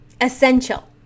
Essential